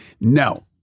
no